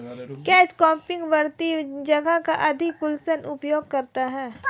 catch cropping बढ़ती जगह का अधिक कुशल उपयोग करता है